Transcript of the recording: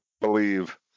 believe